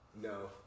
No